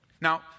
Now